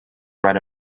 write